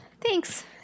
Thanks